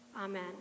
Amen